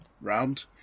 round